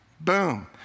Boom